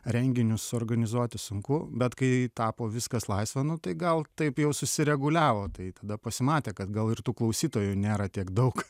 renginius suorganizuoti sunku bet kai tapo viskas laisva nu tai gal taip jau susireguliavo tai tada pasimatė kad gal ir tų klausytojų nėra tiek daug